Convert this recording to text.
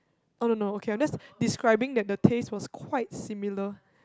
oh no okay ah that's describing then the taste was quite similar